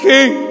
King